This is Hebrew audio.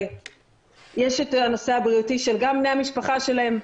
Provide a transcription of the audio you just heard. ויש את הנושא הבריאותי שגם בני המשפחה שלהן,